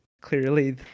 clearly